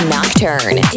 Nocturne